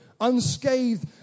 unscathed